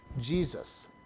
Jesus